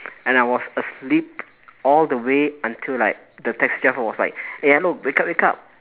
and I was asleep all the way until like the taxi driver was like eh hello wake up wake up